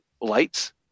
lights